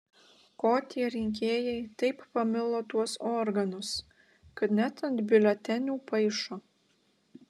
ko tie rinkėjai taip pamilo tuos organus kad net ant biuletenių paišo